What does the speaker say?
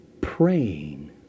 praying